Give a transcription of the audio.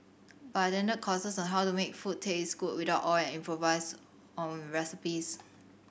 but I attended courses on how to make food taste good without oil and improvise on recipes